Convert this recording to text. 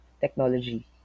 technology